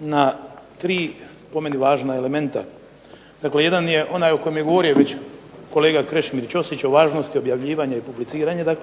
na tri po meni važna elementa. Dakle jedan je onaj o kojem je govorio već kolega Krešimir Ćosić o važnosti objavljivanja i publiciranja,